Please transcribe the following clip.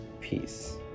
peace